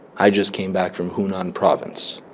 i just came back from hunan province.